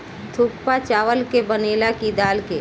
थुक्पा चावल के बनेला की दाल के?